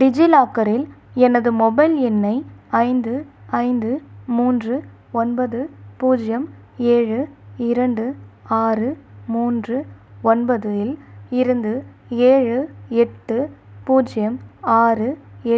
டிஜிலாக்கரில் எனது மொபைல் எண்ணை ஐந்து ஐந்து மூன்று ஒன்பது பூஜ்ஜியம் ஏழு இரண்டு ஆறு மூன்று ஒன்பது இல் இருந்து ஏழு எட்டு பூஜ்யம் ஆறு